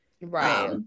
right